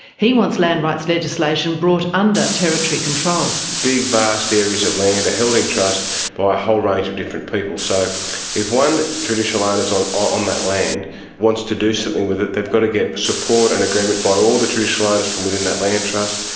he wants land rights legislation brought under territory control. big vast areas of land are held in trust by a whole range of different people. so if one traditional ah owner on on that land wants to do something with it, they've got to get support and agreement by all the traditional owners from within that land trust.